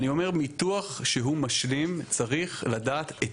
אני אומר ביטוח שהוא משלים צריך לדעת את